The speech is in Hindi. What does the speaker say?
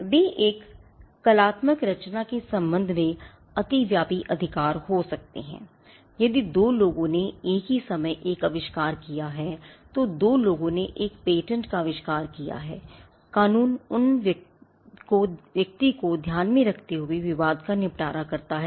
वे एक कलात्मक रचना के संबंध में अतिव्यापी कहलाता है